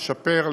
לשפר,